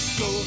go